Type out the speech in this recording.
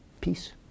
peace